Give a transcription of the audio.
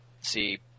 see